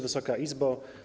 Wysoka Izbo!